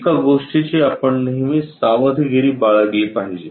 एका गोष्टीची आपण नेहमी सावधगिरी बाळगली पाहिजे